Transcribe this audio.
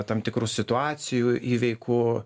tam tikrų situacijų įveikų